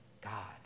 God